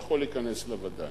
אתה יכול להיכנס לווד"ל.